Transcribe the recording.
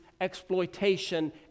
exploitation